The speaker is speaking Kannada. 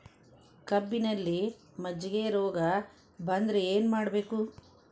ಕಬ್ಬಿನಲ್ಲಿ ಮಜ್ಜಿಗೆ ರೋಗ ಬಂದರೆ ಏನು ಮಾಡಬೇಕು?